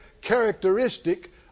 characteristic